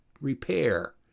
repair